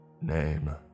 Name